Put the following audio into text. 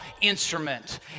instrument